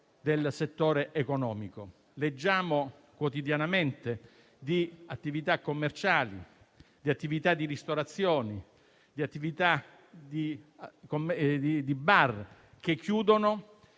del settore economico. Leggiamo quotidianamente di attività commerciali e di ristorazione, di bar che chiudono,